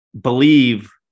believe